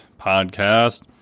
podcast